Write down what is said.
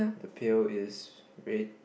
the pail is red